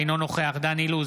אינו נוכח דן אילוז,